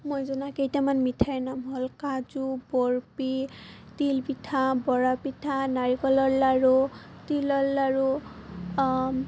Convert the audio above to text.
মই জনা কেইটামান মিঠাইৰ নাম হ'ল কাজু বৰপি তিলপিঠা বৰা পিঠা নাৰিকলৰ লাড়ু তিলৰ লাড়ু